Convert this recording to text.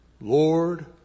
Lord